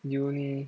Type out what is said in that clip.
uni